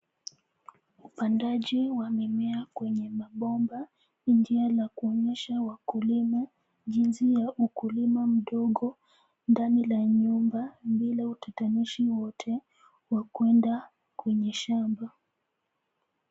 Upandaji wa mimea kwenye mabomba ni njia la kuonyesha wakulima jinsi ya ukulima mdogo ndani la nyumba bila utatanishi wote wa kuenda kwenye shamba.